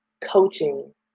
coaching